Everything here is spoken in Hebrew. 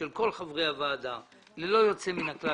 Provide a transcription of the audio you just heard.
של כל חברי הוועדה ללא יוצא מן הכלל,